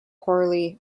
poorly